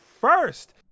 first